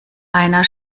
einer